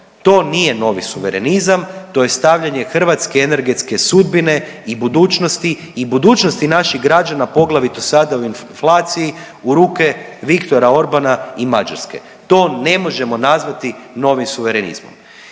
To nije novi suverenizam, to je stavljanje hrvatske energetske sudbine i budućnosti i budućnosti naših građana, poglavito sada u inflaciji u ruke Viktora Orbana i Mađarske. To ne možemo nazvati novim suverenizmom.